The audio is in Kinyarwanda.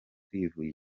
twivuye